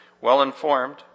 well-informed